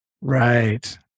Right